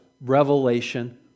revelation